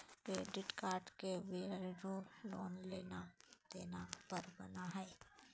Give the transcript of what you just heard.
credit card के value loan लेला देला पर बना हइ